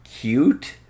cute